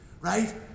right